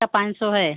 का पाँच सौ है